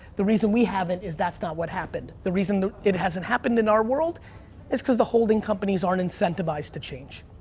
the reason we haven't, is that's not what happened. the reason it hasn't happened in our world is cuz the holding companies aren't incentivized to change.